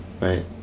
Right